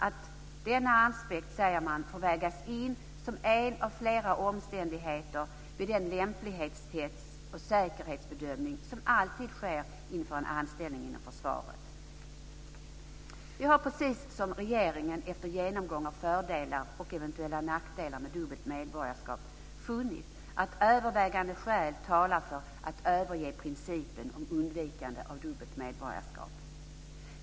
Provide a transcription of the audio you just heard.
Man säger att denna aspekt får vägas in som en av flera omständigheter vid den lämplighetstest och säkerhetsbedömning som alltid sker inför en anställning inom försvaret. Vi har precis som regeringen efter genomgång av fördelar och eventuella nackdelar med dubbelt medborgarskap funnit att övervägande skäl talar för att överge principen om undvikande av dubbelt medborgarskap.